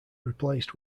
replaced